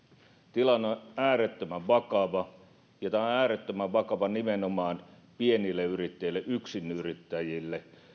tilanne on äärettömän vakava ja tämä on äärettömän vakava nimenomaan pienille yrittäjille yksinyrittäjille